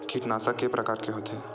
कीटनाशक के प्रकार के होथे?